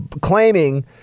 claiming